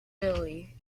billie